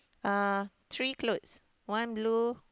uh three clothes one blue